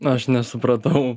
aš nesupratau